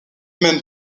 mène